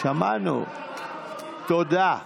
שמענו, תודה.